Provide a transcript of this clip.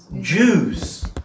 Jews